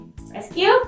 Rescue